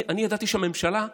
אני ידעתי שהממשלה מנהלת,